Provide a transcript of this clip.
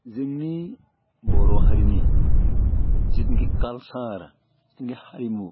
जोंनि बर' हारिनि जिथुनाखि काल्सार जिथुनाखि हारिमु